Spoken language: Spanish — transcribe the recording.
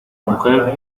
mujer